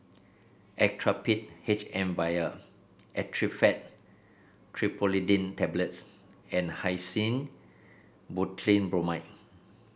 Actrapid H M Vial Actifed Triprolidine Tablets and Hyoscine Butylbromide